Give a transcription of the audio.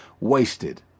wasted